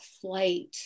flight